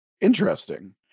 Interesting